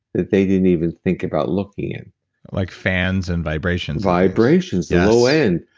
that they didn't even think about looking in like fans and vibrations? vibrations, the low end,